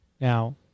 now